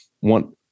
One